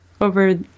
over